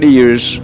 years